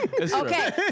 Okay